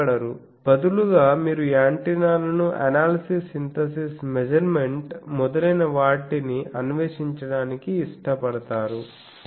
మీరు భయపడరు బదులుగా మీరు యాంటెన్నాలను ఎనాలిసిస్ సింథసిస్ మెజర్మెంట్ మొదలైనవాటిని అన్వేషించడానికి ఇష్టపడతారు